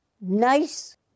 nice